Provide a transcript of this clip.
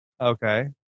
Okay